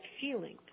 feeling